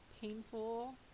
painful